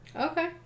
Okay